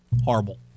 horrible